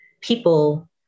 people